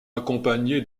accompagné